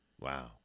Wow